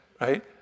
right